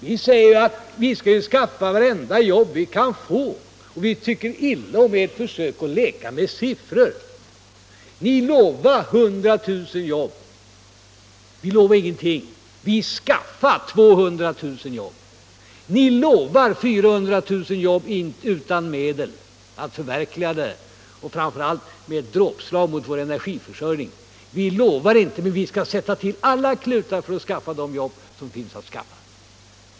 Vi säger att vi skall skaffa vartenda jobb vi kan få, men vi tycker illa om ert försök att leka med siffror. Ni lovade 100 000 nya jobb. Vi lovade ingenting — vi skaffade 200 000 nya jobb. Ni lovar 400 000 jobb utan att ha medel att förverkliga det och — framför allt — samtidigt som ni riktar ett dråpslag mot vår energiförsörjning. Vi lovar ingenting, men vi skall sätta till alla klutar för att skaffa de jobb som finns att skaffa.